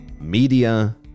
media